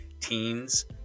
Teens